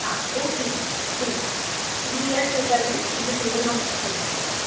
हां okay sir चलता तुमी यात सर त्या दीस तुमचें टेबल हांव बूक करून दवरता